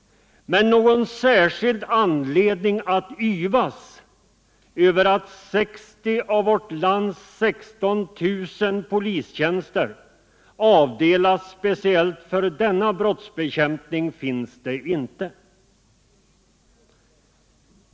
Men någon särskild anledning att yvas över att 60 av vårt lands 16 000 polistjänster avdelas speciellt för denna brottsbekämpning finns inte.